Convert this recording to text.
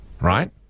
right